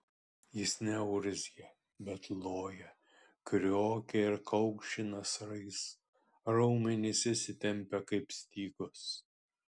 jis neurzgia bet loja kriokia ir kaukši nasrais raumenys įsitempia kaip stygos